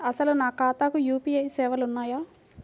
అసలు నా ఖాతాకు యూ.పీ.ఐ సేవలు ఉన్నాయా?